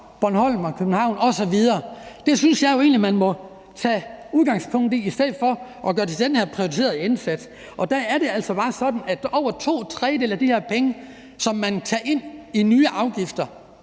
Bornholm og København osv., synes jeg jo egentlig man må tage udgangspunkt i i stedet for at gøre det til den her prioriterede indsats. Der er det altså bare sådan, at over to tredjedele af de her penge, som man tager ind i nye afgifter,